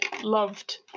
loved